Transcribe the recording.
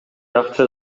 акча